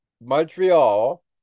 Montreal